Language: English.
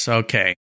okay